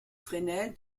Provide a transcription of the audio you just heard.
fresnel